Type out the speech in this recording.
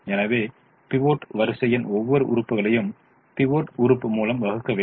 எனவே பிவோட் வரிசையின் ஒவ்வொரு உறுப்புகளையும் பிவோட் உறுப்பு மூலம் வகுக்க வேண்டும்